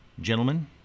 gentlemen